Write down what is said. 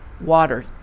water